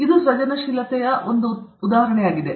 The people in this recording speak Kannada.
ಇದು ಸೃಜನಶೀಲತೆಯ ಒಂದು ಉದಾಹರಣೆಯಾಗಿದೆ